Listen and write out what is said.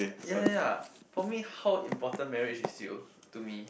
ya ya ya for me how important marriage is still to me